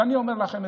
ואני אומר לכם: